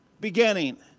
beginning